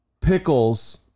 pickles